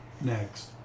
Next